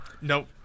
Nope